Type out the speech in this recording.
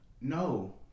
No